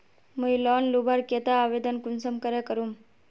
मुई लोन लुबार केते आवेदन कुंसम करे करूम?